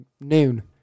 noon